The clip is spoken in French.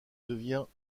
devient